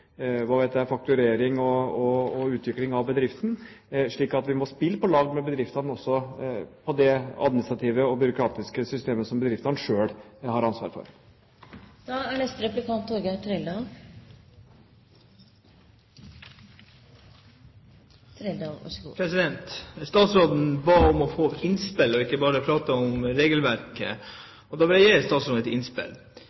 hva vet jeg – fakturering og utvikling av bedriften. Vi må spille på lag med bedriftene i det administrative og byråkratiske systemet som bedriftene selv har ansvaret for. Statsråden ba om å få innspill og ikke bare prat om